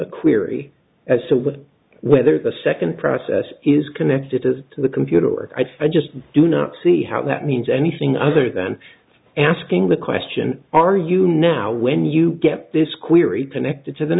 query as to with whether the second process is connected to the computer or i just do not see how that means anything other than asking the question are you now when you get this query connected to the